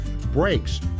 Brakes